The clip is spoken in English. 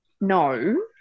no